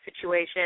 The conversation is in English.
situation